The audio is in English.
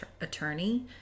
attorney